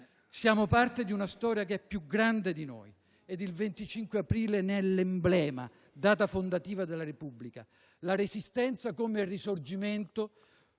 Siamo parte di una storia che è più grande di noi e il 25 aprile ne è l'emblema, data fondativa della Repubblica; la Resistenza, come il Risorgimento